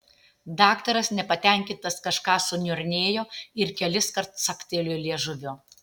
daktaras nepatenkintas kažką suniurnėjo ir keliskart caktelėjo liežuviu